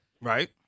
Right